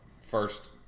First